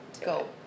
go